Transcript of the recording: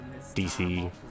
DC